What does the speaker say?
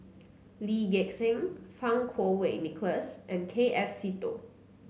Lee Gek Seng Fang Kuo Wei Nicholas and K F Seetoh